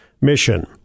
mission